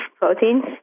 proteins